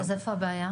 אז איפה הבעיה?